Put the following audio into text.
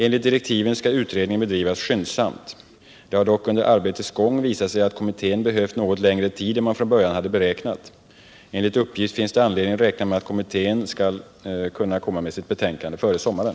Enligt direktiven skall utredningen bedrivas skyndsamt. Det har dock under arbetets gång visat sig att kommittén behövt något längre tid än man från början hade beräknat. Enligt uppgift finns det anledning räkna med att kommittén skall kunna komma med sitt betänkande före sommaren.